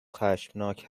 خشمناک